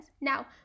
now